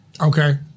Okay